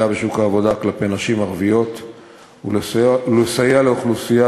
בשוק העבודה כלפי נשים ערביות ולסייע ככל הניתן לאוכלוסייה